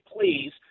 please